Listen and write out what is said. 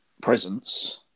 presence